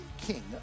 king